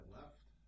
left